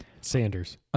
Sanders